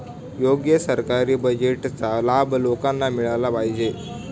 योग्य सरकारी बजेटचा लाभ लोकांना मिळाला पाहिजे